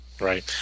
Right